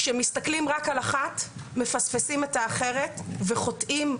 כשמסתכלים רק על אחת מפספסים את האחרת ו'חוטאים',